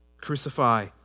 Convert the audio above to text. Crucify